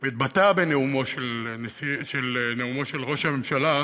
שהתבטא בנאומו של ראש הממשלה,